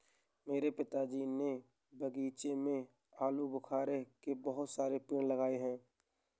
मेरे पिताजी ने बगीचे में आलूबुखारे के बहुत सारे पेड़ लगाए हैं